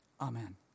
Amen